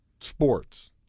sports